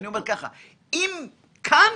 אם כאן,